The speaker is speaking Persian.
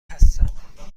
هستم